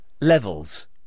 Levels